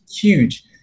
huge